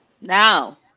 now